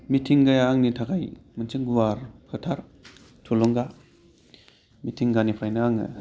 मिथिंगाया आंनि थाखाय मोनसे गुवार फोथार थुलुंगा मिथिंगानिफ्रायनो आङो